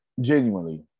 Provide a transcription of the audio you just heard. genuinely